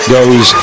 Goes